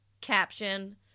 caption